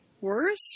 worse